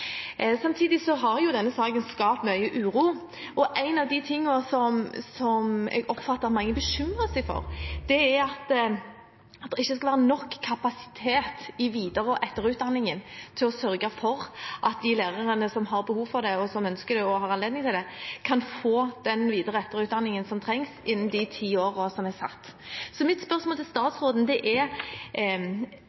Samtidig har denne saken skapt mye uro, og en av de tingene som jeg oppfatter at mange bekymrer seg for, er at det ikke skal være nok kapasitet i videre- og etterutdanningen til å sørge for at de lærerne som har behov for det, og som ønsker det og har anledning til det, kan få den videre- og etterutdanningen som trengs innen de ti årene som er satt. Så mitt spørsmål til statsråden er: Er det god nok kapasitet, eller er